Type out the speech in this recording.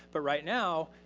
but right now,